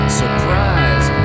surprise